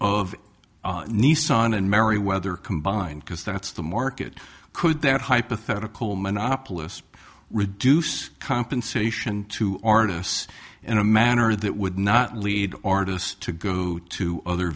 of nissan and mary whether combined because that's the market could that hypothetical monopolist reduce compensation to artists in a manner that would not lead artists to go to other